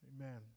Amen